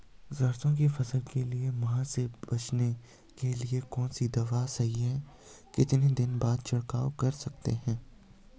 सरसों की फसल के लिए माह से बचने के लिए कौन सी दवा सही है कितने दिन बाद छिड़काव कर सकते हैं?